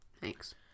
Thanks